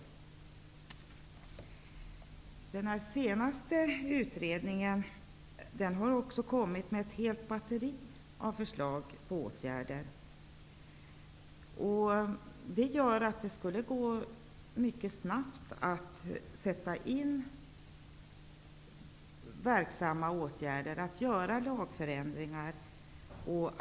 I den senaste utredningen har det också kommit fram ett helt batteri av förslag till åtgärder. Det här skulle innebära att det skulle kunna gå att vidta verksamma åtgärder och att införa lagändringar.